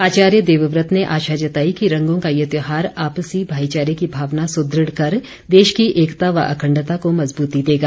आचार्य देवव्रत ने आशा जताई कि रंगों का ये त्यौहार आपसी भाईचारे की भावना सुदृढ़ कर देश की एकता व अखंडता को मजबूती देगा